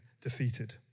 defeated